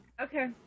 Okay